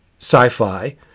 sci-fi